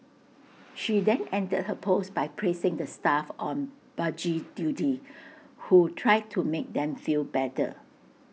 she then ended her post by praising the staff on buggy duty who tried to make them feel better